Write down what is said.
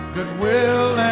Goodwill